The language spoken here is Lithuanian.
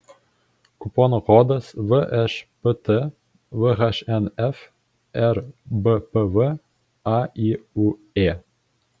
kupono kodas všpt vhnf rbpv ayuė